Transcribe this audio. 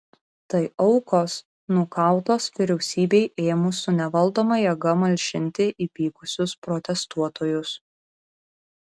tai aukos nukautos vyriausybei ėmus su nevaldoma jėga malšinti įpykusius protestuotojus